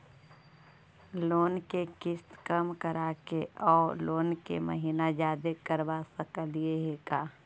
Loan के किस्त कम कराके औ लोन के महिना जादे करबा सकली हे का?